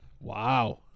Wow